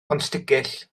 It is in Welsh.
pontsticill